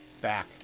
back